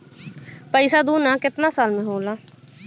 पैसा दूना कितना साल मे होला?